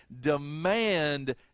demand